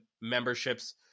memberships